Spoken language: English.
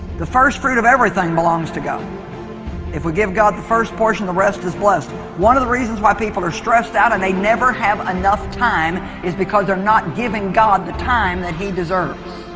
the first fruit of everything belongs to god if we give god the first portion. the rest is blessed one of the reasons why people are stressed out and they never have enough time is because they're not giving god the time that he deserves